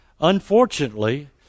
Unfortunately